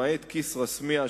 למעט כסרא-סמיע,